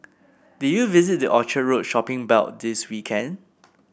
did you visit the Orchard Road shopping belt this weekend